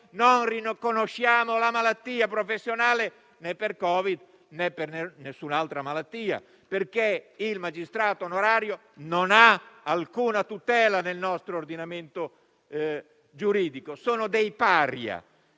non riconosciamo la malattia professionale, come avviene anche per le altre malattie, perché il magistrato onorario non ha alcuna tutela nel nostro ordinamento giuridico. Sono dei paria,